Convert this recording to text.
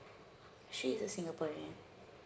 she's a singaporean